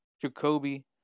Jacoby